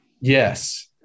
Yes